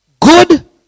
Good